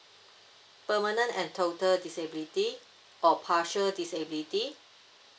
permanent and total disability or partial disability